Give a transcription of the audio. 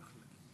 אני מאחל לך הרבה